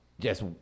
Yes